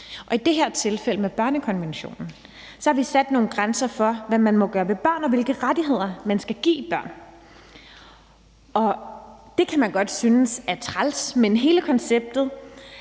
i det her tilfælde med børnekonventionen har vi sat nogle grænser for, hvad man må gøre ved børn, og hvilke rettigheder man skal give børn. Og det kan man godt synes er træls, men hele konceptet